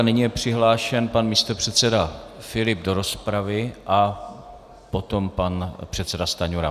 Nyní je přihlášen pan místopředseda Filip do rozpravy a potom pan předseda Stanjura.